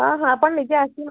ହଁ ହଁ ଆପଣ ନିଜେ ଆସିକି